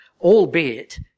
albeit